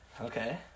Okay